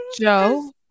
Joe